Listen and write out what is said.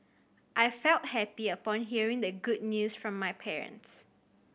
I felt happy upon hearing the good news from my parents